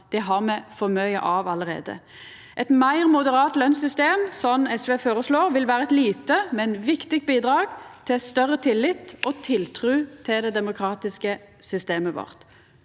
det har me for mykje av allereie. Eit meir moderat lønssystem, som SV føreslår, vil vera eit lite, men viktig bidrag til større tillit og tiltru til det demokratiske systemet vårt.